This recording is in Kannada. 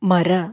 ಮರ